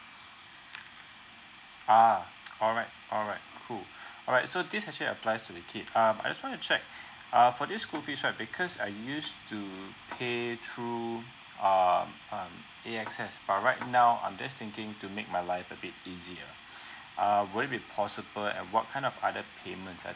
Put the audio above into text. ah alright alright cool alright so this actually applies to the kid um I just want to check uh for this school fees right because uh I used to pay through room um um A S X but right now I'm just thinking to make my life a bit easy uh will be possible and what kind of other payments